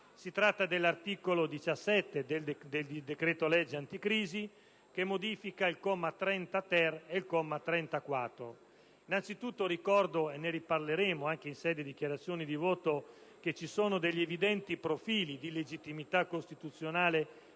Si tratta dell'articolo 17 del decreto-legge anticrisi, che modifica il comma 30*-ter* e il comma 30*-quater*. Innanzitutto ricordo (e ne riparleremo anche in sede di dichiarazione di voto) che vi sono evidenti profili di illegittimità costituzionale,